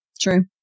true